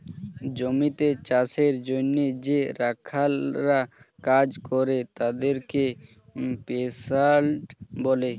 জমিতে চাষের জন্যে যে রাখালরা কাজ করে তাদেরকে পেস্যান্ট বলে